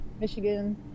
Michigan